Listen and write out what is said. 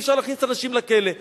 אי-אפשר להכניס אנשים לכלא.